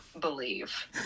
believe